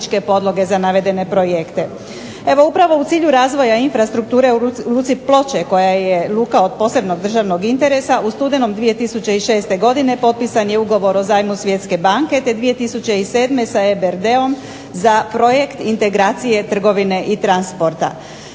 u cilju razvoja infrastrukture u luci Ploče koja je luka od posebnog državnog interesa u studenom 2006. godine potpisan je ugovor o zajmu Svjetske banke, te 2007. sa EBRD-om za projekt integracije trgovine i transporta.